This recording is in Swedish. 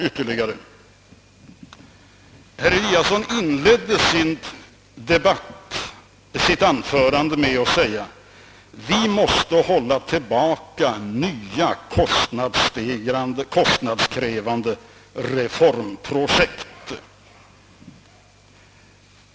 Herr Eliasson inledde sitt anförande med att säga att vi måste avstå från nya kostnadskrävande reformprojekt.